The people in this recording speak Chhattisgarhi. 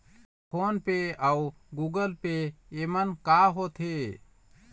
फ़ोन पे अउ गूगल पे येमन का होते?